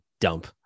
dump